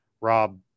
Rob